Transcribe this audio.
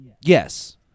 yes